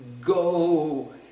go